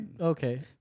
Okay